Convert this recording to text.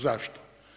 Zašto?